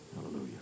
Hallelujah